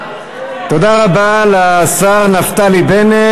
תודה רבה לשר נפתלי בנט.